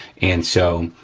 and so,